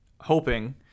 hoping